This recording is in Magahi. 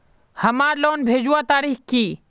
हमार लोन भेजुआ तारीख की?